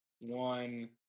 one